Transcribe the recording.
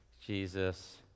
Jesus